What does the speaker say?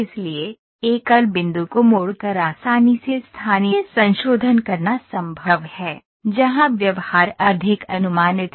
इसलिए एकल बिंदु को मोड़कर आसानी से स्थानीय संशोधन करना संभव है जहां व्यवहार अधिक अनुमानित है